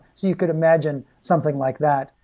you could imagine something like that.